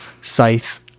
scythe